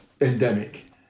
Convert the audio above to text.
endemic